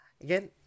Again